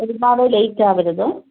ഒരുപാട് ലേറ്റ് ആവരുത്